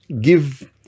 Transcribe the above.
give